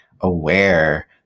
aware